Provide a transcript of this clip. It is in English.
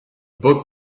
book